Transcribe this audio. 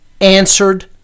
answered